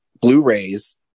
Blu-rays